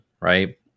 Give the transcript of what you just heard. right